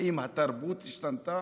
האם התרבות השתנתה?